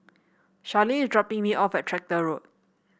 Charlene is dropping me off at Tractor Road